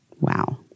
Wow